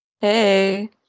Hey